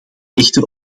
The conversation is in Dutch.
echter